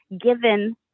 given